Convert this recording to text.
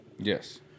Yes